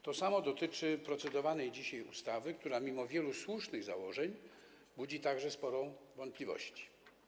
To samo dotyczy procedowanej dzisiaj ustawy, która mimo wielu słusznych założeń budzi także sporo wątpliwości.